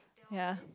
ya